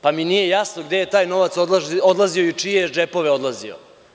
Pa, mi nije jasno gde je taj novac odlazio i u čije je džepove odlazio.